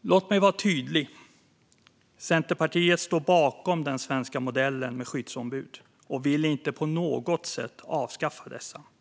Låt mig vara tydlig: Centerpartiet står bakom den svenska modellen med skyddsombud och vill inte på något sätt avskaffa dessa.